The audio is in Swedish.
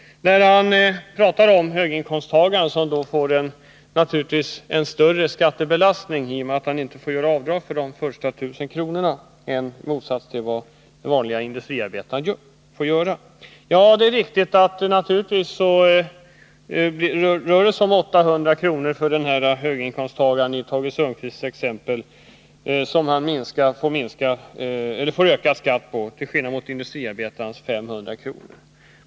Han pratade om höginkomsttagarna, som naturligtvis får större skattebelastning i och med att de inte får göra avdrag för de första 1 000 kronorna i motsats till de vanliga industriarbetarna. Ja, det rör sig naturligtvis i Tage Sundkvists exempel om 800 kr. som höginkomsttagaren får i ökad skatt jämfört med industriarbetarens 500 kr.